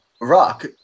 Rock